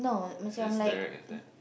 is as direct as that